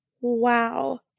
wow